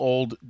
Old